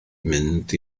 mynd